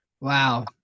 Wow